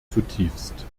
zutiefst